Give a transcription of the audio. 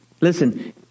Listen